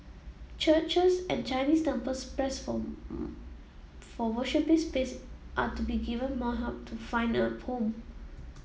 churches and Chinese temples pressed for worshipping space are to be given more help to find a home